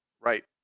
Right